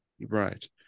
right